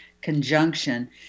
conjunction